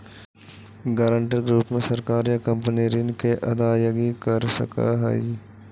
guarantor के रूप में सरकार या कंपनी ऋण के अदायगी कर सकऽ हई